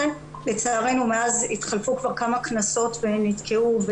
לצערנו מאז התחלפו כבר כמה כנסות ונתקעו,